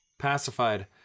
pacified